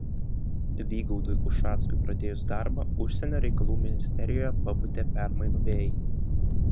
vygaudui ušackui pradėjus darbą užsienio reikalų ministerijoje papūtė permainų vėjai